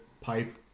pipe